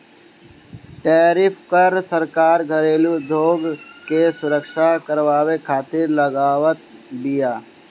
tariff कर सरकार घरेलू उद्योग के सुरक्षा करवावे खातिर लगावत बिया